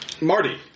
Marty